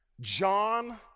John